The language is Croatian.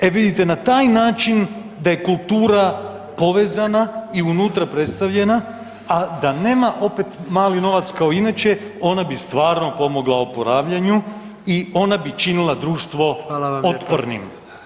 E vidite na taj način da je kultura povezana i unutra predstavljena, a da nema opet mali novac kao inače ona bi stvarno pomogla oporavljanju i ona bi činila društvo [[Upadica: Hvala vam lijepa.]] otpornim.